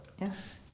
Yes